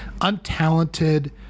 untalented